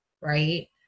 right